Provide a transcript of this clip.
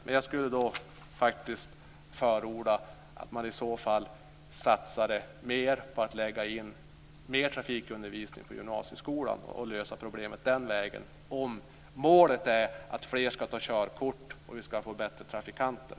Men jag skulle faktiskt förorda att man i så fall satsade mer på att lägga in mer trafikundervisning i gymnasieskolan och lösa problemet den vägen om målet är att fler ska ta körkort och att vi ska få bättre trafikanter.